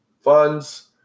funds